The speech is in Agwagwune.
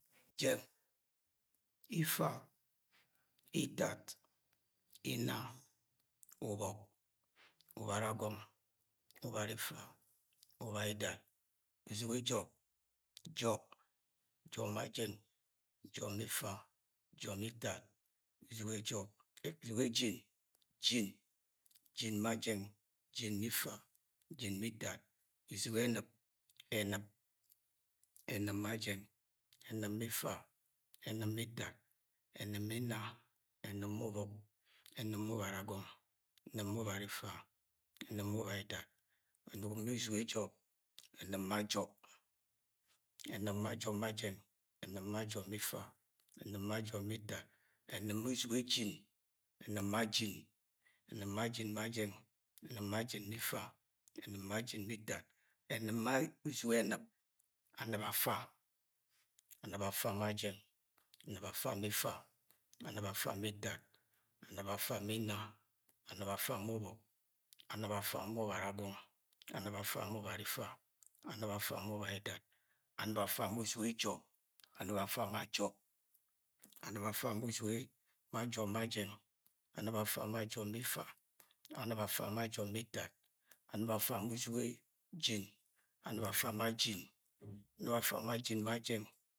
Jẹng, ifa, itad, inna, ubọk, ubara agong, ubari ifa, ubaidat, uzuge jọp, jop, jọp ma jẹng, jọp ma ifa, jọp ma itad, uzuge jọp, uzuge jin, jin, jin ma jẹng, jin ma ifa, jin ma itad, uzugo ẹn̵ib, ẹn̵ib, ẹn̵ib ma jẹng, ẹn̵ib ma ifa, ẹn̵ib ma itad, ẹn̵ib ma inna, ẹn̵ib ma ubọk, ẹn̵ib ma ubara agọng, ẹn̵ib ma ubari ifa, ẹn̵ib ma ubaidat, ẹn̵ib ma uzuge jọp, ẹn̵ib ma jọp, ẹn̵ib ma jọp ma jẹng, ẹn̵ib ma jọp ma ifa, ẹn̵ib ma jọp ma itad, ẹn̵ib ma jọp ma uzuge jin, ẹn̵ib ma jin, ẹn̵ib ma jin ma jẹng, ẹn̵ib ma jin ma ifa, ẹn̵ib ma jin ma itad, ẹn̵ib ma uzugo ẹ-n̵ib An̵ib afa, an̵ib afa ma jẹng, an̵ib afa ma ifa, an̵ib afa ma itad, an̵ib afa ma inna, an̵ib afa ma ubọk, an̵ib afa ma ubara agọng, an̵ib afa ma ubari ifa, an̵ib afa ma ubaidat, an̵ib afa ma uzugo jọp, an̵ib afa ma jọp ma jẹng, an̵ib afa ma jọp ma ifa, an̵ib afa ma jọp ma itad, an̵ib afa ma uzugo jin, an̵ib afa ma jin, an̵ib afa ma jin ma jẹng.